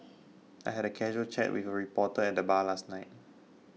I had a casual chat with a reporter at the bar last night